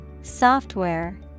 Software